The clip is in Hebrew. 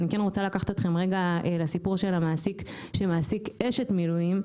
אבל אני כן רוצה לקחת אתכם רגע לסיפור של המעסיק אשת מילואים,